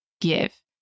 give